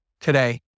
today